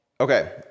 Okay